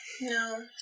No